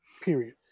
period